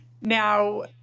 Now